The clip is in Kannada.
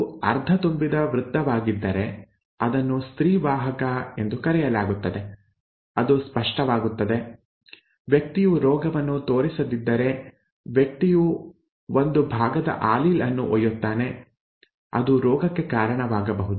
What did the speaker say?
ಅದು ಅರ್ಧ ತುಂಬಿದ ವೃತ್ತವಾಗಿದ್ದರೆ ಅದನ್ನು ಸ್ತ್ರೀ ವಾಹಕ ಎಂದು ಕರೆಯಲಾಗುತ್ತದೆ ಅದು ಸ್ಪಷ್ಟವಾಗುತ್ತದೆ ವ್ಯಕ್ತಿಯು ರೋಗವನ್ನು ತೋರಿಸದಿದ್ದರೆ ವ್ಯಕ್ತಿಯು ಒಂದು ಭಾಗದ ಆಲೀಲ್ ಅನ್ನು ಒಯ್ಯುತ್ತಾನೆ ಅದು ರೋಗಕ್ಕೆ ಕಾರಣವಾಗಬಹುದು